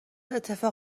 اتفاق